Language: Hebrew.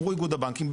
אמרו איגוד הבנקים,